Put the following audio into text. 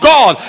God